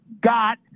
got